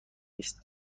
است